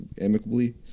amicably